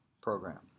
program